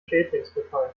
schädlingsbefall